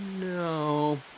No